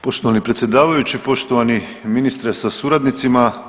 Poštovani predsjedavajući, poštovani ministre sa suradnicima.